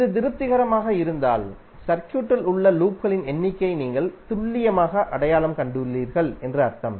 இது திருப்திகரமாக இருந்தால் சர்க்யூட்டில் உள்ள லூப்களின் எண்ணிக்கையை நீங்கள் துல்லியமாக அடையாளம் கண்டுள்ளீர்கள் என்று அர்த்தம்